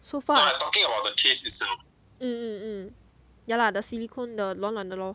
so far mm mm mm yeah lah the silicon the 软软的 lor